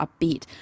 upbeat